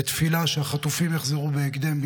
ובתפילה שהחטופים יחזרו בהקדם,